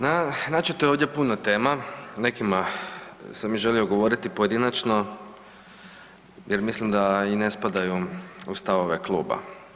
Načeto je ovdje puno tema, o nekima sam i želio govoriti pojedinačno jer mislim da i ne spadaju u stavove kluba.